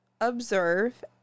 observe